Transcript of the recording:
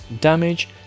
damage